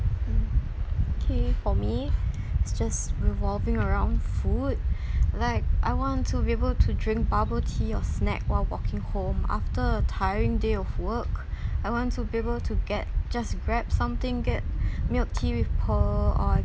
um okay for me it's just revolving around food like I want to be able to drink bubble tea or snack while walking home after a tiring day of work I want to be able to get just grab something get milk tea with pearl or